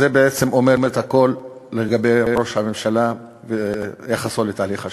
זה בעצם אומר את הכול לגבי ראש הממשלה ויחסו לתהליך השלום.